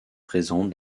présente